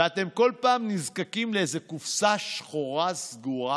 ואתם כל פעם נזקקים לאיזו קופסה שחורה סגורה